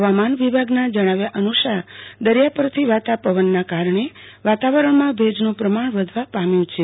હવામાન વિભાગના જણાવ્યા અનુસાર દરિયા પરથી વાતા પવનના કારણે વાતાવરણમાં ભેજનું પ્રમાણ વધવા પામ્યુ છ